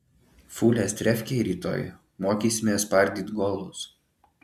fulės trefkėj rytoj mokysimės spardyt golus